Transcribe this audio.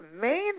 main